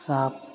surf